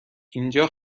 اینجا